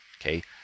okay